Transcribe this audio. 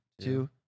two